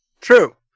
True